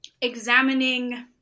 examining